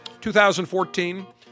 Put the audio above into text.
2014